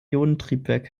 ionentriebwerk